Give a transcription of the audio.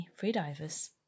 freedivers